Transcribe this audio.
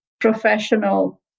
professional